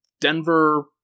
Denver